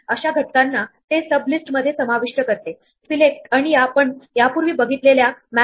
या उदाहरणांमध्ये 1 आणि 9 या दोन संख्या विषम आहेत पण मूळ संख्या नाहीत